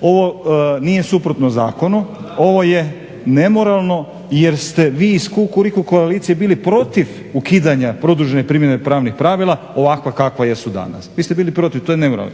Ovo nije suprotno zakonu, ovo je nemoralno jer ste vi iz kukuriku koalicije bili protiv ukidanja produžene primjene pravnih pravila ovakva kakva jesu danas. Vi ste bili protiv, to je nemoralno.